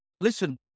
listen